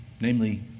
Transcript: namely